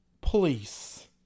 police